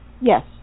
yes